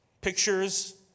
pictures